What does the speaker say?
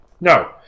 No